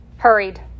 hurried